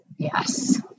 Yes